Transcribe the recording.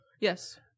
Yes